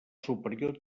superior